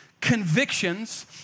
convictions